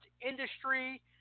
industry